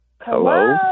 Hello